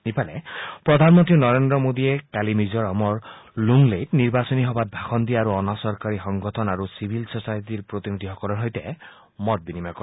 ইফালে প্ৰধানমন্ত্ৰী নৰেন্দ্ৰ মোদীয়ে কালি মিজোৰামত লুংলেইত নিৰ্বাচনী সভাত ভাষণ দিয়ে আৰু অনা চৰকাৰী সংগঠন আৰু চিভিল ছচাইটীৰ প্ৰতিনিধিসকলৰ সৈতে মত বিনিময় কৰে